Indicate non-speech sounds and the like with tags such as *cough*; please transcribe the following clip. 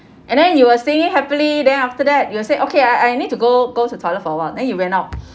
and then you were singing happily then after that you will say okay I I need to go go to toilet for awhile then you went out *breath*